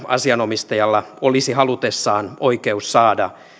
asianomistajalla olisi halutessaan oikeus saada